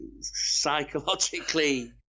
psychologically